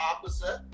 opposite